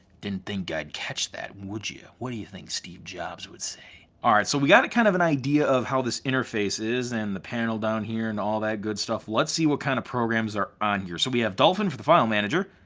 didn't think i'd catch that, would you? what do you think steve jobs would say? alright, so we got kind of an idea of how this interface is and the panel down here and all that good stuff. let's see what kind of programs are on here. so we have dolphin for the file manager.